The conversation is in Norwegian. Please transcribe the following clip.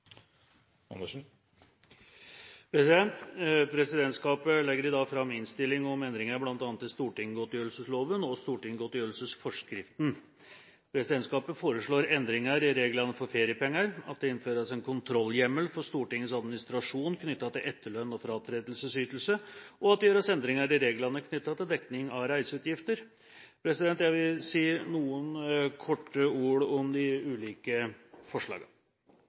anses vedtatt. Presidentskapet legger i dag fram innstilling om endringer bl.a. i stortingsgodtgjørelsesloven og stortingsgodtgjørelsesforskriften. Presidentskapet foreslår endringer i reglene om feriepenger, at det innføres en kontrollhjemmel for Stortingets administrasjon knyttet til etterlønn og fratredelsesytelse, og at det gjøres endringer i reglene knyttet til dekning av reiseutgifter. Jeg vil si noe kort om de ulike forslagene